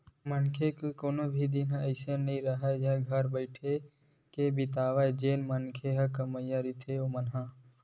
मनखे के कोनो भी दिन ह अइसे नइ राहय के घर म बइठ के बितावय जेन मन ह कमइया रहिथे ओमन ह